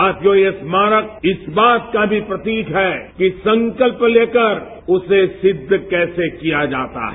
साथियों ये स्मारक इस बात का भी प्रतीक है कि संकत्य लेकर उसे सिद्धकैसे किया जाता है